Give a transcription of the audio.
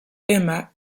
emma